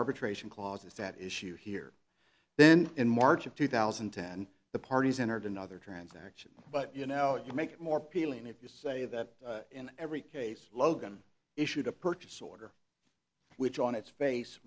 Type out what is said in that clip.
arbitration clauses that issue here then in march of two thousand and ten the parties entered another transaction but you know you make it more peeling if you say that in every case logan issued a purchase order which on its face